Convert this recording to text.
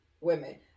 women